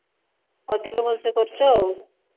ଅଧିକ ଭଲସେ କରିଛ ଆଉ